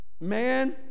man